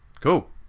Cool